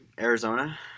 Arizona